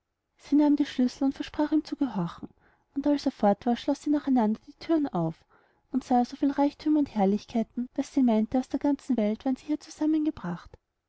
sie nahm die schlüssel versprach ihm zu gehorchen und als er fort war schloß sie nach einander die thüren auf und sah so viel reichthümer und herrlichkeiten daß sie meinte aus der ganzen welt wären sie hier zusammen